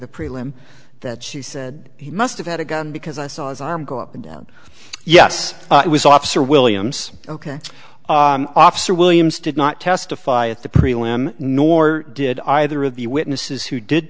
prelim that she said he must have had a gun because i saw his arm go up and down yes it was officer williams ok officer williams did not testify at the prelim nor did either of the witnesses who did